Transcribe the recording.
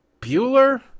Bueller